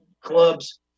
clubs